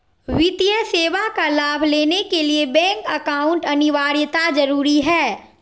वित्तीय सेवा का लाभ लेने के लिए बैंक अकाउंट अनिवार्यता जरूरी है?